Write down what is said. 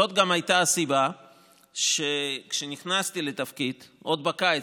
זאת גם הייתה הסיבה שכשנכנסתי לתפקיד עוד בקיץ,